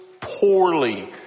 poorly